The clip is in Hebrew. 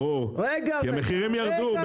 ברור, כי המחירים ירדו.